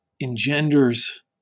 engenders